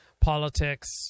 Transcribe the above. politics